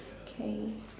K